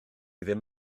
ddim